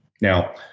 Now